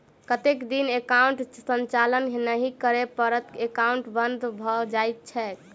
कतेक दिन एकाउंटक संचालन नहि करै पर एकाउन्ट बन्द भऽ जाइत छैक?